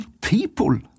people